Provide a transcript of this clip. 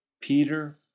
Peter